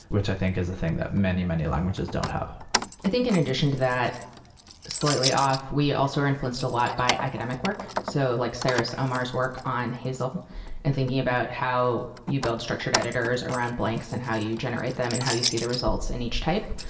which i think is a thing that many, many languages don't have i think in addition to that slightly off, we also are influenced a lot by academic work. so like, cyrus omar s on hazel and thinking about how you build structured editors around blanks and how you generate them and how you see the results in each type.